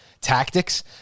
tactics